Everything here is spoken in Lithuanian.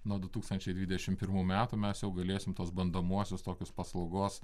nuo du tūkstančiai dvidešimt pirmų metų mes jau galėsim tuos bandomuosius tokios paslaugos